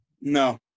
No